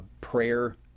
prayer